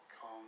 come